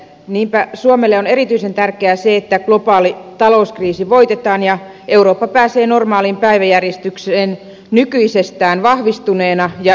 niinpä suomelle on erityisen tärkeää se että globaali talouskriisi voitetaan ja eurooppa pääsee normaaliin päiväjärjestykseen nykyisestään vahvistuneena ja yhtenäisenä